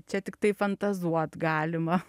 čia tiktai fantazuot galima